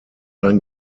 ein